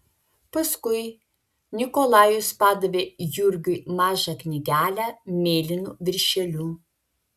paskui nikolajus padavė jurgiui mažą knygelę mėlynu viršeliu